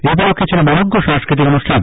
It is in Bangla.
এই উপলক্ষে ছিলো মনোঞ সাংস্কৃতিক অনুষ্ঠান